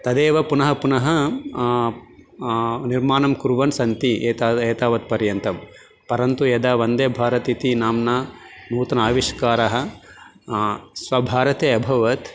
तदेव पुनः पुनः निर्माणं कुर्वन्तः सन्ति एता एतावत् पर्यन्तं परन्तु यदा वन्दे भारत् इति नाम्ना नूतन आविष्कारः स्वभारते अभवत्